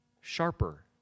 sharper